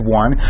one